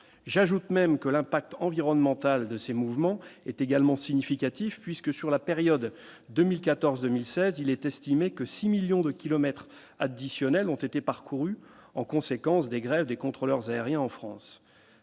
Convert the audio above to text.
j'ajoute même que l'impact environnemental de ces mouvements est également significatif puisque sur la période 2014, 2016, il est estimé que 6 millions de kilomètres additionnels ont été parcourus en conséquence des grèves des contrôleurs aériens en France